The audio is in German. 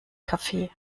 kaffee